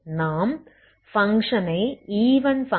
நாம் பங்க்ஷனை even function ஆக எக்ஸ்டெண்ட் பண்ணவேண்டும்